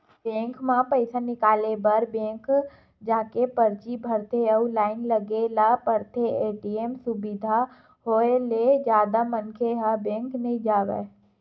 bank म पइसा निकाले बर बेंक जाके परची भरथे अउ लाइन लगे ल परथे, ए.टी.एम सुबिधा होय ले जादा मनखे ह बेंक नइ जावय